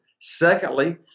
Secondly